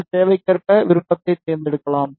உங்கள் தேவைக்கேற்ப விருப்பத்தைத் தேர்ந்தெடுக்கலாம்